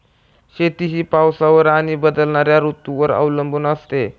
शेती ही पावसावर आणि बदलणाऱ्या ऋतूंवर अवलंबून असते